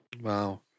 Wow